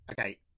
okay